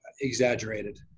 exaggerated